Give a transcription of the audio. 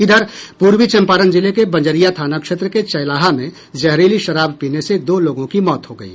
इधर पूर्वी चंपारण जिले के बंजरिया थाना क्षेत्र के चैलाहा में जहरीली शराब पीने से दो लोगों की मौत हो गयी